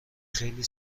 خیلی